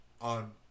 on